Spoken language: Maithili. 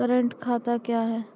करेंट खाता क्या हैं?